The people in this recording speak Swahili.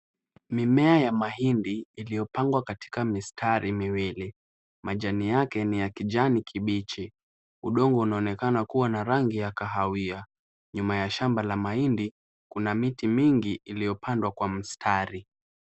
Mimea ya mahindi iliyopangwa katika mistari miwili, majani yake ni ya kijani kibichi. Udongo unaonekana kua na rangi ya kahawia. Nyuma ya shamba la mahindi kuna miti mingi iliyopandwa kwa mistari.